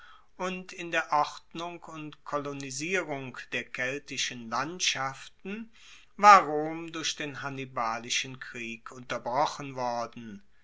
und in der ordnung und kolonisierung der keltischen landschaften war rom durch den hannibalischen krieg unterbrochen worden